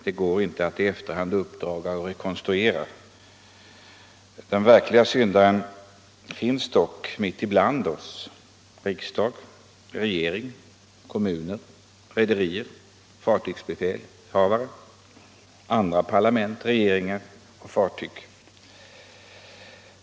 Det går inte att i efterhand uppdaga och rekonstruera. Den verklige syndaren finns dock mitt ibland oss: riksdag, regering, kommuner, rederier, fartygsbefälhavare, andra länders parlament, regeringar och fartyg.